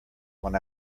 when